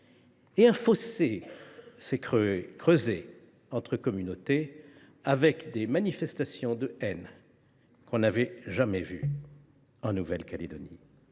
et un fossé s’est creusé entre les communautés, entraînant des manifestations de haine que l’on n’avait jamais vues en Nouvelle Calédonie.